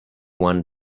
one